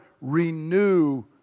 renew